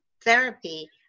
therapy